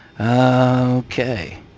Okay